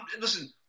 listen